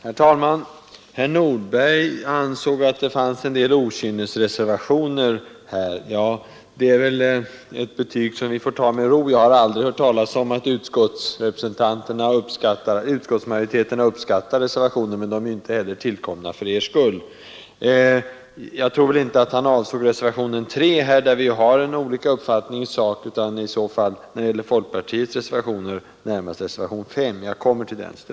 Herr talman! Herr Nordberg ansåg att det förekommer en del okynnesreservationer i detta ärende. Ja, det är ett betyg som vi väl får ta med ro — jag har aldrig hört talas om att majoriteten i ett utskott har uppskattat reservationer. Men de är heller inte tillkomna för er skull. Jag tror inte att herr Nordberg när det gäller folkpartiets reservationer avsåg reservationen 3, som gäller en fråga där vi har olika uppfattning i sak, utan i så fall närmast reservationen 5. Jag återkommer strax till den.